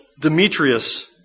Demetrius